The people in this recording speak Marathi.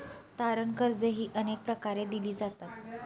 तारण कर्जेही अनेक प्रकारे दिली जातात